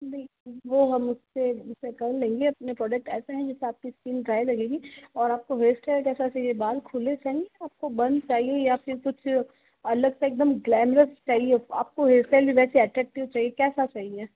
नहीं वो हम उससे कर लेंगे अपने प्रोडक्ट ऐसे है जिससे आपकी स्किन ड्राई लगेगी और आपको हेयर स्टाइल कैसा चाहिए बाल खुले चाहिए आपको या बंद चाहिए या फ़िर कुछ अलग सा एकदम ग्लैमरस चाहिए आपको हेयर स्टाइल भी वैसे आपको अट्रैक्टिव चाहिए कैसा चाहिए